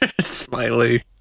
Smiley